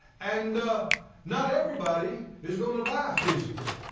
and not everybody is going to die physically.